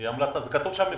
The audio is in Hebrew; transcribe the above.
זה נכון מה שאתה אומר.